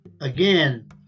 Again